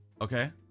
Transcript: Okay